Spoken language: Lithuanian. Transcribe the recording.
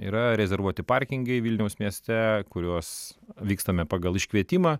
yra rezervuoti parkingai vilniaus mieste kuriuos vykstame pagal iškvietimą